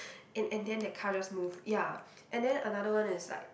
and and then the car just move ya and then another one is like